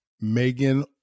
Megan